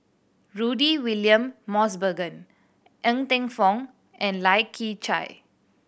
Rudy William Mosbergen Ng Teng Fong and Lai Kew Chai